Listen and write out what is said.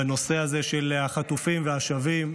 בנושא הזה של החטופים והשבים.